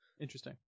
interesting